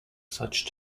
such